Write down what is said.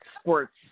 Sports